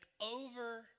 over